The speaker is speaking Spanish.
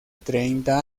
treinta